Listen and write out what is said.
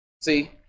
See